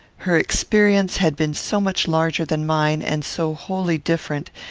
her experience had been so much larger than mine, and so wholly different,